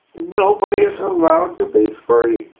nobody is allowed to be free.